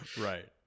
Right